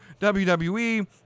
WWE